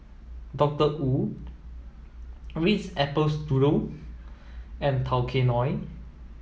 Doctor Wu Ritz Apple Strudel and Tao Kae Noi